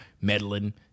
meddling